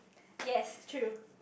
yes true